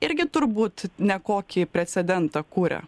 irgi turbūt ne kokį precedentą kuria